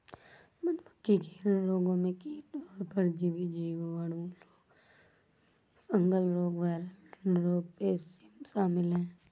मधुमक्खी के रोगों में कीट और परजीवी, जीवाणु रोग, फंगल रोग, वायरल रोग, पेचिश शामिल है